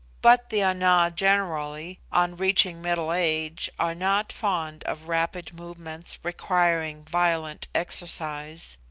but the ana generally, on reaching middle age, are not fond of rapid movements requiring violent exercise.